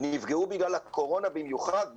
נפגעו בגלל הקורונה במיוחד,